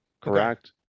Correct